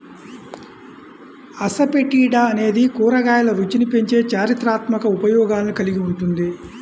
asafoetida అనేది కూరగాయల రుచిని పెంచే చారిత్రాత్మక ఉపయోగాలను కలిగి ఉంటుంది